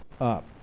up